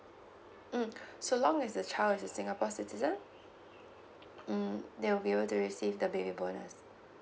mm so long as the child is a singapore citizen mm they will able to receive the baby bonus